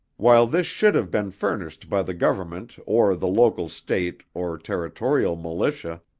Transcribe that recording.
while this should have been furnished by the government or the local state or territorial militia,